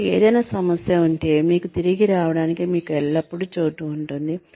కాబట్టి ఏదైనా సమస్య ఉంటే మీకు తిరిగి రావడానికి మీకు ఎల్లప్పుడూ చోటు ఉంటుంది